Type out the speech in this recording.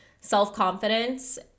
self-confidence